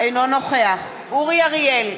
אינו נוכח אורי אריאל,